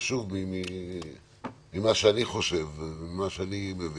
שוב ממה שאני חושב, ממה שאני מבין.